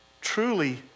truly